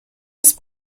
است